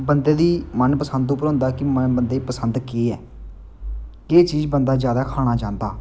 बंदे दी मन पसंद उप्पर होंदी की मन बंदे गी पसंद केह् ऐ केह् चीज बंदा जैदा खाना चांह्दा